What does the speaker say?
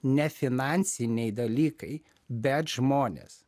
ne finansiniai dalykai bet žmonės